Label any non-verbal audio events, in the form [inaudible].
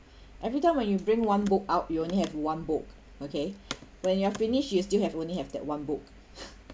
[breath] every time when you bring one book out you only have one book okay [breath] when you are finish you still have only have that one book [laughs]